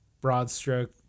broad-stroke